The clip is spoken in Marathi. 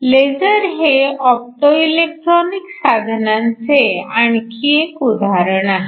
लेझर हे ऑप्टो इलेक्ट्रॉनिक साधनांचे आणखी एक उदाहरण आहे